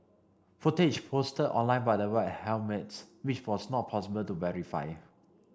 footage posted online by the White Helmets which was not possible to verify